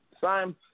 Simon